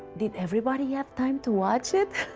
did everybody have time to watch it?